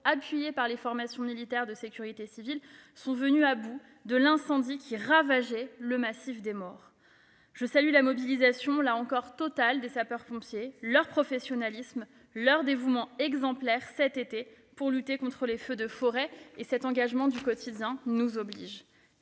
appuyés par les formations militaires de la sécurité civile, sont venus à bout de l'incendie qui ravageait le massif des Maures. Je salue la mobilisation totale des sapeurs-pompiers, leur professionnalisme et leur dévouement exemplaire cet été pour lutter contre les feux de forêt. Cet engagement du quotidien nous oblige.